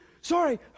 Sorry